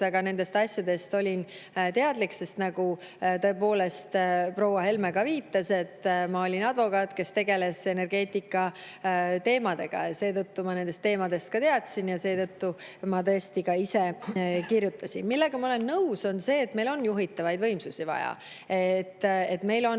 aga nendest asjadest olin teadlik, sest tõepoolest, proua Helme ka viitas, ma olin advokaat, kes tegeles energeetika teemadega, ja seetõttu ma nendest teemadest ka teadsin. Ja seetõttu ma tõesti ka ise kirjutasin. Millega ma olen nõus, on see, et meil on juhitavaid võimsusi vaja. Meil on